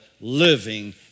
living